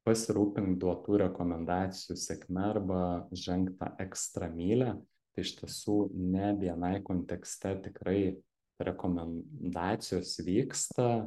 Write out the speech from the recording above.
pasirūpink duotų rekomendacijų sėkme arba ženk tą ekstra mylią tai iš tiesų ne bni kontekste tikrai rekomendacijos vyksta